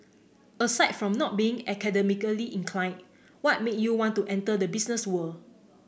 aside from not being academically inclined what made you want to enter the business world